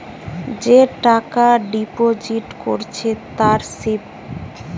যে টাকা ডিপোজিট করেছে তার স্লিপ